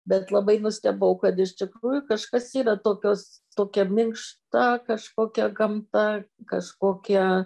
bet labai nustebau kad iš tikrųjų kažkas yra tokios tokia minkšta kažkokia gamta kažkokie